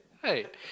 right